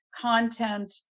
content